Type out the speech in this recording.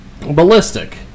Ballistic